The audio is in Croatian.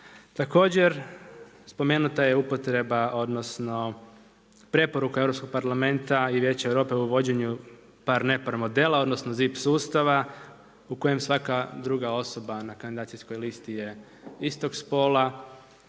Također, spomenuta je upotreba odnosno preporuka Europskog parlamenta i Vijeća Europe u vođenju par-nepar modela odnosno „zip sustava“ u kojem svaka druga osoba na kandidacijskoj listi je istog spola,